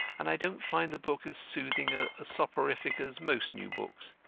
and i don't find the book as soothing a soporific as most new books.